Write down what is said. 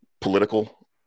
political